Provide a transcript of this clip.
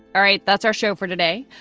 all right. that's our show for today.